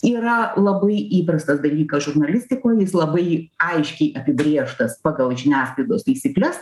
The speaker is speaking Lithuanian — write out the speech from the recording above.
yra labai įprastas dalykas žurnalistikoj labai aiškiai apibrėžtas pagal žiniasklaidos taisykles